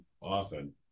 often